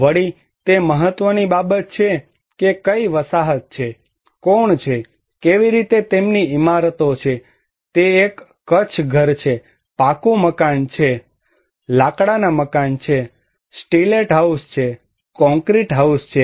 વળી તે મહત્વની બાબત છે કે કઇ વસાહત છે કોણ છે કેવી રીતે તેમની ઇમારતો છે તે એક કચ્છ ઘર છે પાકું મકાન છે લાકડાના મકાન છે સ્ટિલેટ હાઉસ છે કોંક્રિટ હાઉસ છે